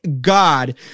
God